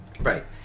Right